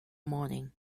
morning